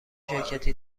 شرکتی